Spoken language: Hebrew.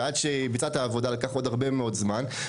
ועד שהיא ביצעה את העבודה לקח עוד הרבה מאוד זמן.